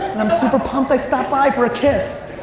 i'm super pumped i stopped by for a kiss.